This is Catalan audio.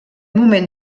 moment